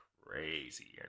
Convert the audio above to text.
crazy